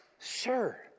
Sure